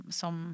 som